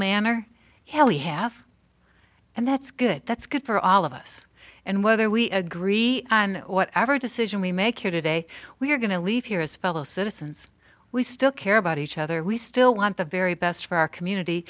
manner here we have and that's good that's good for all of us and whether we agree on whatever decision we make here today we're going to leave here as fellow citizens we still care about each other we still want the very best for our community